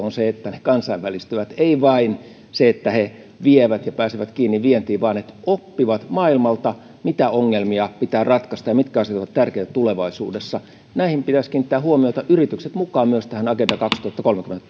on se että ne kansainvälistyvät ei vain se että ne vievät ja pääsevät kiinni vientiin vaan että oppivat maailmalta mitä ongelmia pitää ratkaista ja mitkä asiat ovat tärkeitä tulevaisuudessa näihin pitäisi kiinnittää huomiota yritykset mukaan myös tähän agenda kaksituhattakolmekymmentä